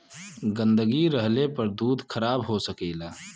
गन्दगी रहले पर दूध खराब हो सकेला